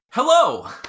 Hello